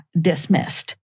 dismissed